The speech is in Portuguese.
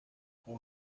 com